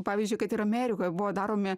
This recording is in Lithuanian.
pavyzdžiui kad ir amerikoje buvo daromi